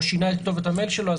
או שינה את כתובת המייל שלו,